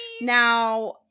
Now